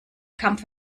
kampf